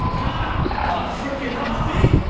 and ha ha. frikkin ha.